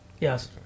Yes